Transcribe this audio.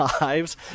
lives